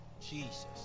Jesus